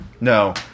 No